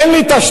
אין לי תשתיות.